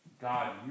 God